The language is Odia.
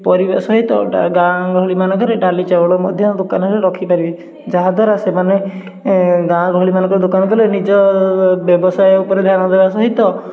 ପରିବା ସହିତ ଡା ଗାଁ ଗହଳି ମାନଙ୍କରେ ଡାଲି ଚାଉଳ ମଧ୍ୟ ଦୋକନରେ ରଖିପାରିବେ ଯାହାଦ୍ୱାରା ସେମାନେ ଗାଁ ଗହଳିମାନଙ୍କରେ ଦୋକାନ କଲେ ନିଜ ବ୍ୟବସାୟ ଉପରେ ଧ୍ୟାନ ଦେବା ସହିତ